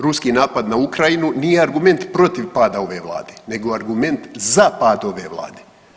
Ruski napad na Ukrajinu nije argument protiv pada ove Vlade nego argument za pad ove Vlade.